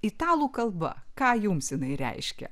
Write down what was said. italų kalba ką jums jinai reiškia